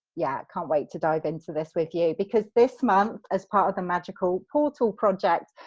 yeah i can't wait to dive into this with you, because this month, as part the magical portal project,